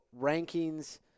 rankings